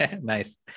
Nice